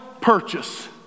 purchase